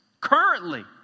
Currently